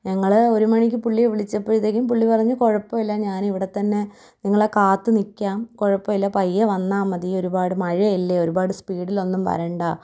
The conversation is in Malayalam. ഞങ്ങള് ഒരുമണിക്ക് പുള്ളിയെ വിളിച്ചപ്പോഴത്തേക്കും പുള്ളി പറഞ്ഞു കുഴപ്പമില്ല ഞാനിവിടെ തന്നെ നിങ്ങളെ കാത്തുനില്ക്കാം കുഴപ്പമില്ല പയ്യെ വന്നാല് മതി ഒരുപാട് മഴയല്ലേ ഒരുപാട് സ്പീഡിലൊന്നും വരണ്ട